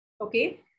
Okay